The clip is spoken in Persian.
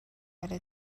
حالا